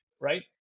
Right